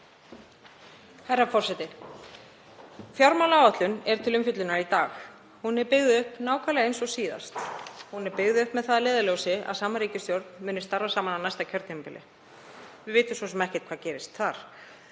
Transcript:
Herra forseti. Fjármálaáætlun er til umfjöllunar í dag. Hún er byggð upp nákvæmlega eins og síðast. Hún er byggð upp með það að leiðarljósi að sama ríkisstjórn muni starfa saman á næsta kjörtímabili. Við vitum svo sem ekki hvað gerist þá.